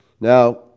Now